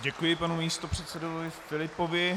Děkuji panu místopředsedovi Filipovi.